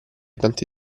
tante